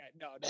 no